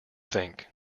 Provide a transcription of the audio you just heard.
think